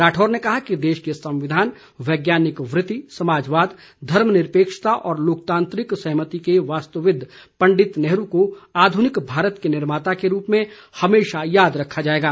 राठौर ने कहा कि देश के संविधान वैज्ञानिक वृति समाजवाद धर्मनिरपेक्षता और लोकतांत्रिक सहमति के वास्तुविद पंडित नेहरू को आध्रनिक भारत के निर्माता के रूप में हमेशा याद रखा जाएगा